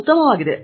ಇದು ಉತ್ತಮವಾಗಿದೆ